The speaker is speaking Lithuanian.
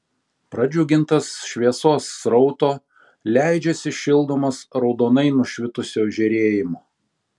pradžiugintas šviesos srauto leidžiasi šildomas raudonai nušvitusio žėrėjimo